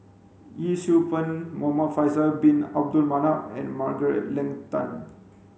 Yee Siew Pun Muhamad Faisal Bin Abdul Manap and Margaret Leng Tan